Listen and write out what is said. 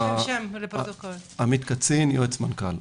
שמי עמית קצין, יועץ המנכ"ל.